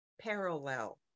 parallel